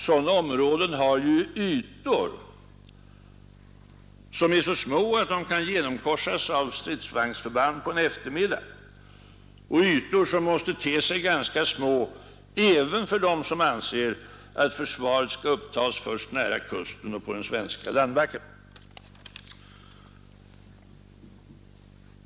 Dessa områden har ju ytor som är så små att de kan genomkorsas av stridsvagnsförband på en eftermiddag, ytor som måste te sig ganska små även för dem som anser att försvaret skall upptas först nära kusten och på den svenska landbacken.